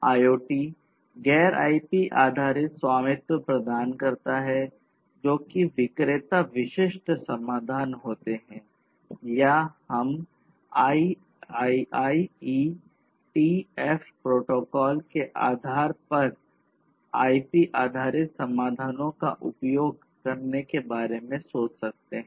IoT गैर IP आधारित स्वामित्व प्रदान करता है जो कि विक्रेता विशिष्ट समाधान होते हैं या हम आईईटीएफ प्रोटोकॉल के आधार पर आईपी आधारित समाधानों का उपयोग करने के बारे में सोच सकते हैं